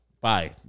Bye